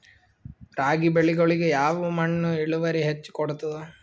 ರಾಗಿ ಬೆಳಿಗೊಳಿಗಿ ಯಾವ ಮಣ್ಣು ಇಳುವರಿ ಹೆಚ್ ಕೊಡ್ತದ?